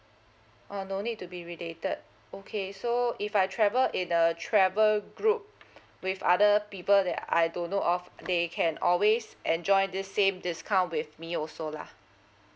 oh no need to be related okay so if I travel in a travel group with other people that I don't know of they can always enjoy this same discount with me also lah